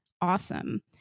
awesome